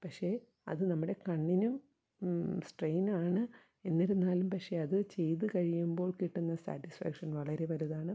പക്ഷേ അത് നമ്മുടെ കണ്ണിനും സ്ട്രെയിനാണ് എന്നിരുന്നാലും പക്ഷേ അത് ചെയ്തു കഴിയുമ്പോൾ കിട്ടുന്ന സാറ്റിസ്ഫാക്ഷൻ വളരെ വലുതാണ്